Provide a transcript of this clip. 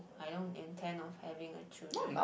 I don't intend of having a children